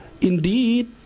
Indeed